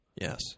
Yes